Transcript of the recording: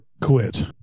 quit